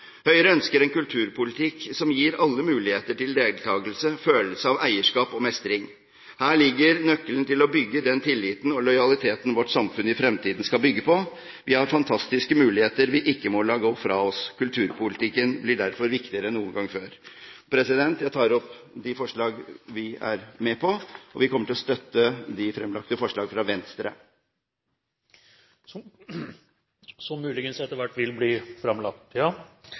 Høyre ønsker en kulturpolitikk som gir alle muligheter til deltakelse, følelse av eierskap og mestring. Her ligger nøkkelen til å bygge den tilliten og lojaliteten vårt samfunn i fremtiden skal bygge på. Vi har fantastiske muligheter vi ikke må la gå fra oss. Kulturpolitikken blir derfor viktigere enn noen gang før. Jeg tar opp de forslag vi er med på. Og vi kommer til å støtte de fremlagte forslag fra Venstre. Som muligens etter hvert vil bli framlagt!